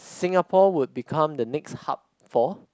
Singapore would become the next hub for